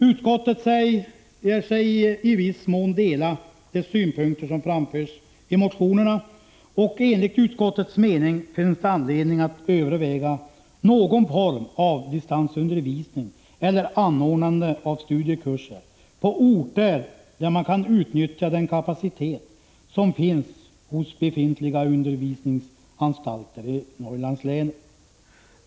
Utskottet säger sig i viss mån dela de synpunkter som framförs i motionerna, och enligt utskottets mening finns det anledning att överväga någon form av distansundervisning eller anordnande av studiekurser på orter där man kan utnyttja den kapacitet som finns hos befintliga undervisningsanstalter i Norrlandslänen.